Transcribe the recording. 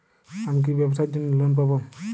আমি কি ব্যবসার জন্য লোন পাব?